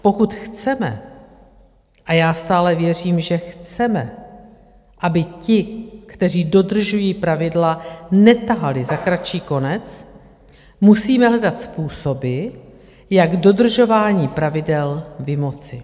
Pokud chceme, a já stále věřím, že chceme, aby ti, kteří dodržují pravidla, netahali za kratší konec, musíme hledat způsoby, jak dodržování pravidel vymoci.